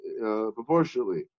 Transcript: proportionally